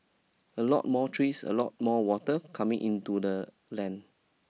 a lot more trees a lot more water coming into the land